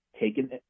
taken